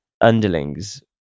underlings